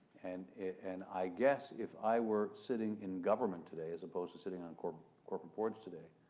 and and i guess if i were sitting in government today as opposed to sitting on corporate corporate boards today,